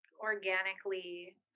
organically